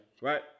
Right